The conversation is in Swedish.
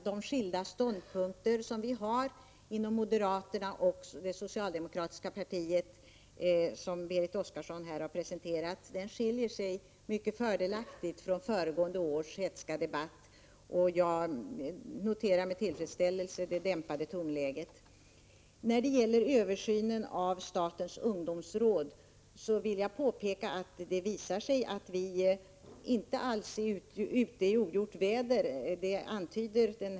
Fru talman! Den sakliga redogörelse som Berit Oscarsson presenterat om de skilda ståndpunkter vi har inom moderaterna och det socialdemokratiska partiet skiljer sig mycket fördelaktigt från föregående års hätska debatt. Jag noterar med tillfredsställelse det dämpade tonläget. När det gäller översynen av statens ungdomsråd vill jag påpeka att det visat sig att vi inte alls är ute i ogjort väder.